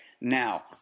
Now